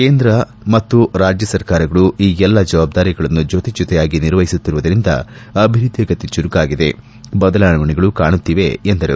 ಕೇಂದ್ರ ಮತ್ತು ರಾಜ್ಯ ಸರ್ಕಾರಗಳು ಈ ಎಲ್ಲ ಜವಾಬ್ದಾರಿಗಳನ್ನು ಜೊತೆಜೊತೆಯಾಗಿ ನಿರ್ವಹಿಸುತ್ತಿರುವುದರಿಂದ ಅಭಿವೃದ್ಧಿಯ ಗತಿ ಚುರುಕಾಗಿದೆ ಬದಲಾವಣೆಗಳು ಕಾಣುತ್ತಿವೆ ಎಂದರು